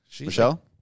Michelle